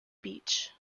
beach